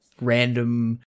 random